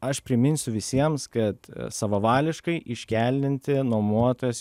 aš priminsiu visiems kad savavališkai iškeldinti nuomotojas